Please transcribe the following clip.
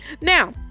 Now